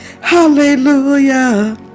Hallelujah